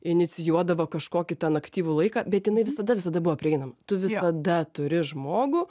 inicijuodavo kažkokį ten aktyvų laiką bet jinai visada visada buvo prieinama tu visada turi žmogų